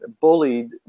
bullied